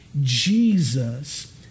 Jesus